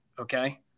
okay